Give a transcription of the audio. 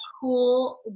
cool